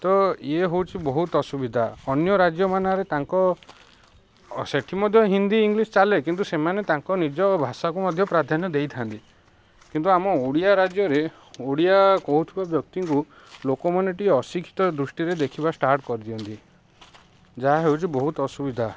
ତ ଇଏ ହେଉଛି ବହୁତ ଅସୁବିଧା ଅନ୍ୟ ରାଜ୍ୟମାନଙ୍କରେ ତାଙ୍କ ସେଠି ମଧ୍ୟ ହିନ୍ଦୀ ଇଂଲିଶ ଚାଲେ କିନ୍ତୁ ସେମାନେ ତାଙ୍କ ନିଜ ଭାଷାକୁ ମଧ୍ୟ ପ୍ରାଧାନ୍ୟ ଦେଇଥାନ୍ତି କିନ୍ତୁ ଆମ ଓଡ଼ିଆ ରାଜ୍ୟରେ ଓଡ଼ିଆ କହୁଥିବା ବ୍ୟକ୍ତିଙ୍କୁ ଲୋକମାନେ ଟିକେ ଅଶିକ୍ଷିତ ଦୃଷ୍ଟିରେ ଦେଖିବା ଷ୍ଟାର୍ଟ କରିଦିଅନ୍ତି ଯାହା ହେଉଛି ବହୁତ ଅସୁବିଧା